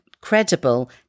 Credible